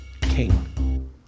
King